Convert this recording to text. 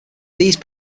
these